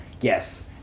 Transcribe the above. yes